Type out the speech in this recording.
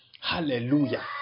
hallelujah